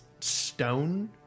stone